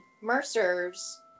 Mercers